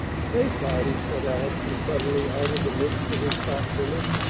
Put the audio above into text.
say, cloudy, said allison suddenly out of the midst of his thoughtfulness,